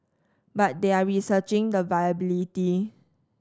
but they are researching the viability